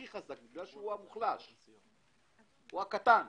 כי הוא המוחלש, הוא הקטן.